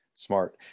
Smart